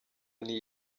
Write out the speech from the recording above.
nti